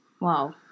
Wow